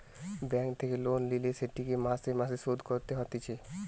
bank থেকে loan লিলে সেটিকে মাসে মাসে শোধ করতে হতিছে